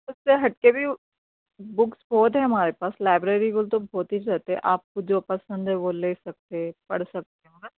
اس سے ہٹ کے بھی بکس ہوتے ہیں ہمارے پاس لائبریری بولے تو ہوتے آپ کو جو پسند ہے وہ لے سکتے پڑھ سکتے مگر